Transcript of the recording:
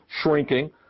shrinking